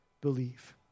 believe